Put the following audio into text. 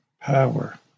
power